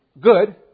good